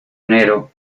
enero